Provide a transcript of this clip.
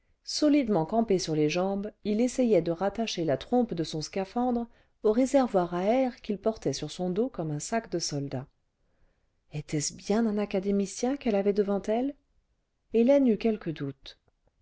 solidement campé sur les jambes il essayait de rattacher la trompe de son scaphandre au réservoir à air qu'il portait sur son dos comme un sac de soldat était-ce bien un académicien qu'elle avait devant elle hélène eut quelques doutes